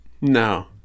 No